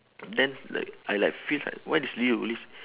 then like I like feel like why this lady only